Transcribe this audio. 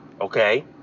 Okay